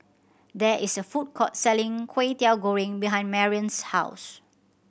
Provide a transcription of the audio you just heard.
there is a food court selling Kwetiau Goreng behind Marrion's house